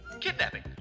Kidnapping